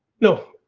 no,